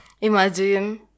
Imagine